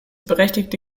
berechtigte